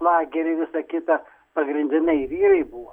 lageriai visa kita pagrindinai vyrai buvo